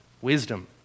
wisdom